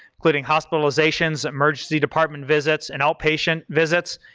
including hospitalizations, emergency department visits and outpatient visits,